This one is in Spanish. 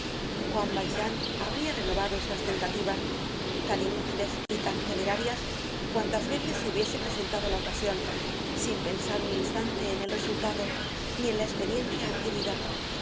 juan valjean habria renovado estas tentativas tan inútiles y tan temerarias cuantas veces se hubiese presentado la ocasion sin pensar un instante en el resultado ni en la esperiencia adquirida